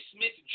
Smith